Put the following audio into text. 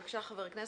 בבקשה, חבר הכנסת.